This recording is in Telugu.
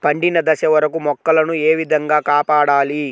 పండిన దశ వరకు మొక్కల ను ఏ విధంగా కాపాడాలి?